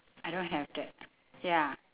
I don't have that ya